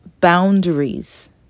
boundaries